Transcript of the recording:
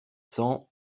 cents